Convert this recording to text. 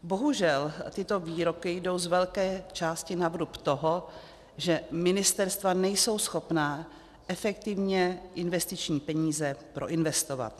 Bohužel tyto výroky jdou z velké části na vrub toho, že ministerstva nejsou schopna efektivně investiční peníze proinvestovat.